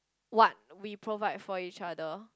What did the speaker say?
what we provide for each other